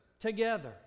together